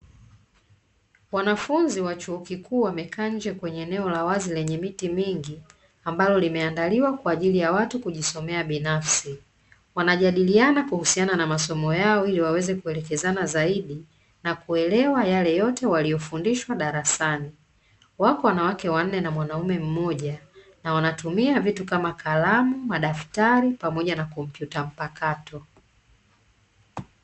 Wanafunzi wa chuo kikuu wamekaa njee kwenye eneo la wazi lenye miti mingi, ambalo limeandaliwa kwa ajili ya watu kujisomea binafsi. Wanajadiliana kuhusiana na masomo yao ili waweze kuelekezana zaidi na kuelewa yale yote waliyofundishwa darasani. Wako wanawake wanne na mwanaume mmoja, na wanatumia vitu kama kalamu, madaftari pamoja na kompyuta mpakato.